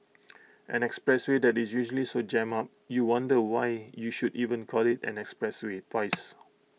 an expressway that is usually so jammed up you wonder why you should even call IT an expressway twice